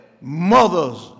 Mother's